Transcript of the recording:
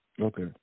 Okay